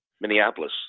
Minneapolis